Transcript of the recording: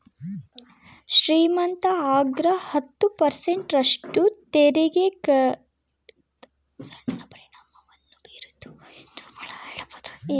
ಶ್ರೀಮಂತ ಅಗ್ರ ಹತ್ತು ಪರ್ಸೆಂಟ್ ರಷ್ಟು ತೆರಿಗೆ ಕಡಿತವು ಸಣ್ಣ ಪರಿಣಾಮವನ್ನು ಬೀರಿತು ಎಂದು ಹೇಳಬಹುದು